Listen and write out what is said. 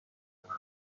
داشتم